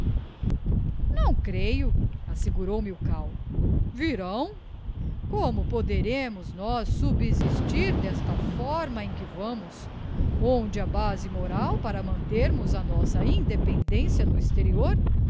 não creio assegurou milkau virão como poderemos nós subsistir desta íórma em que vamos onde a base moral para mantermos a nossa independência no exterior